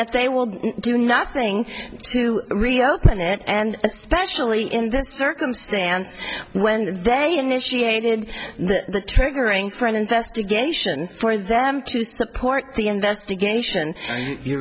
that they will do nothing to reopen it and especially in this circumstance when they initiated the triggering for an investigation for them to support the investigation you